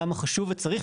למה חשוב וצריך.